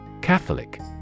Catholic